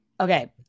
Okay